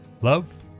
Love